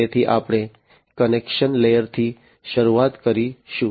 તેથી આપણે કનેક્શન લેયરથી શરૂઆત કરીશું